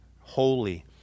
holy